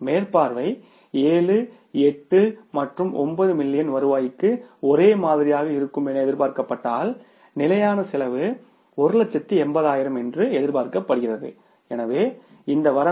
மேற்பார்வை 7 8 மற்றும் 9 மில்லியன் வருவாய்க்கு ஒரே மாதிரியாக இருக்கும் என எதிர்பார்க்கப்பட்டால் நிலையான செலவு 180000 ஆயிரம் என்று எதிர்பார்க்கப்படுகிறது எனவே இந்த வரம்பில் 7